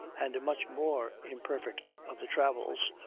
and much more imperfect of the travels,